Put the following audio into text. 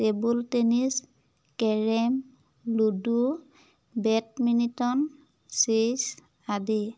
table tennis carrom ludo badminton chess আদি